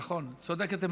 נכון, את צודקת.